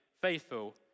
faithful